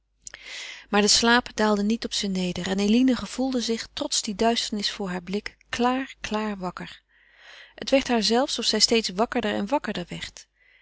maar de slaap daalde niet op ze neder en eline gevoelde zich trots de duisternis voor haar blik klaar klaar wakker het werd haar zelfs of zij steeds wakkerder en wakkerder werd